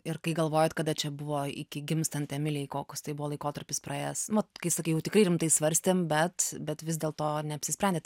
ir kai galvojat kada čia buvo iki gimstant emilei koks tai buvo laikotarpis praėjęs vat kai sakai jau tikrai rimtai svarstėm bet bet vis dėlto neapsisprendėt